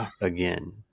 again